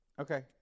Okay